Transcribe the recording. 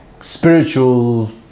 spiritual